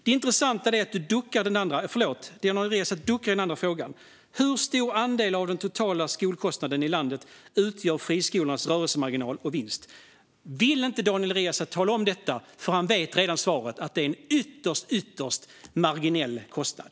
Det intressanta är att Daniel Riazat duckar för den andra frågan: Hur stor andel av den totala skolkostnaden i landet utgör friskolornas rörelsemarginal och vinst? Daniel Riazat vill nog inte tala om detta, för han vet redan svaret. Det är en ytterst, ytterst marginell kostnad.